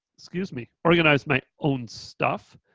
excuse me, organize my own stuff.